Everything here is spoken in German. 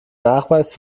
nachweis